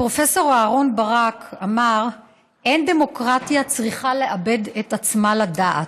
פרופ' אהרן ברק אמר: "אין הדמוקרטיה צריכה לאבד את עצמה לדעת".